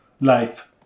life